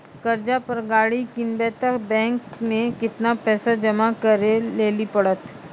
कर्जा पर गाड़ी किनबै तऽ बैंक मे केतना पैसा जमा करे लेली पड़त?